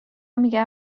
میگن